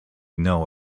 know